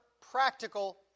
practical